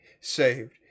saved